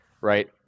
right